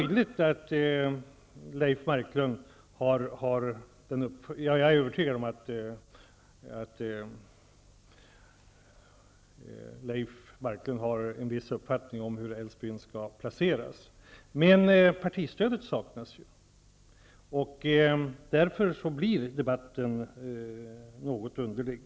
Jag är övertygad om att Leif Marklund har en viss uppfattning om hur Älvsbyn skall placeras. Men partistödet saknas ju. Därför blir debatten något underlig.